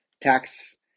tax